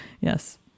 Yes